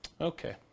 Okay